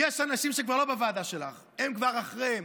יש אנשים שהם כבר לא בוועדה שלך, הם כבר אחרי,